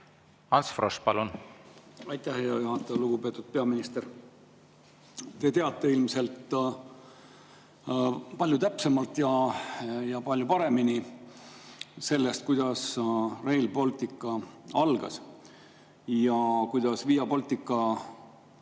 Ants Frosch, palun! Aitäh, hea juhataja! Lugupeetud peaminister! Te teate ilmselt palju täpsemalt ja palju paremini sellest, kuidas Rail Baltic algas ja kuidas Via Baltica